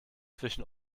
zwischen